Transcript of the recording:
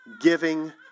Giving